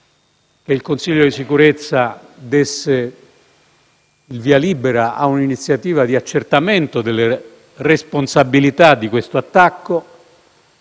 che il Consiglio di sicurezza desse il via libera a un'iniziativa di accertamento delle responsabilità di questo attacco.